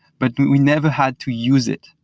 but we never had to use it,